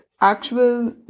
actual